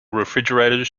refrigerators